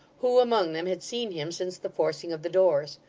who among them had seen him, since the forcing of the doors?